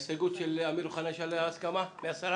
על ההסתייגות של אמיר אוחנה יש הסכמה מהשרה?